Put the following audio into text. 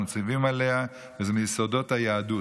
מצווים עליה והיא מיסודות היהדות,